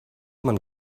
man